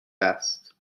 است